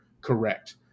correct